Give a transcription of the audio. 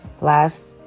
Last